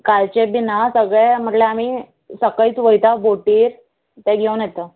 कासचेत बी ना सगळे म्हटल्यार आमी सकाळींच वयता बोटीर तें घेवन येता